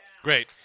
Great